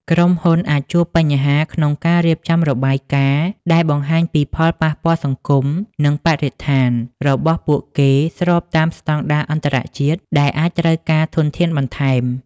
ក្រុមហ៊ុនអាចជួបបញ្ហាក្នុងការរៀបចំរបាយការណ៍ដែលបង្ហាញពី ផលប៉ះពាល់សង្គម និងបរិស្ថាន របស់ពួកគេស្របតាមស្តង់ដារអន្តរជាតិ ដែលអាចត្រូវការធនធានបន្ថែម។